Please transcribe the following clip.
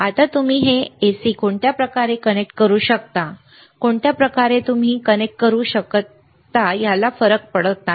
आता हे तुम्हीAC कोणत्याही प्रकारे कनेक्ट करू शकता तुम्ही कोणत्याही प्रकारे कनेक्ट करू शकता काही फरक पडत नाही